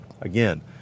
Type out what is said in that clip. again